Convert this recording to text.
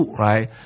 ,right